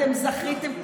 אתם זכיתם,